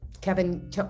kevin